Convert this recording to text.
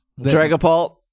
Dragapult